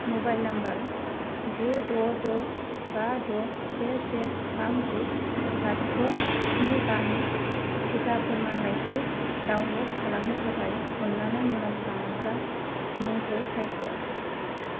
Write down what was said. mobile number गु द' द' बा द' से से थाम लाथिख' स्नि बानि टिका फोरमानलाइखौ डाउनल'ड खालामनो थाखाय अननानै मुलामफा मोनग्रा मुंखौ सायख'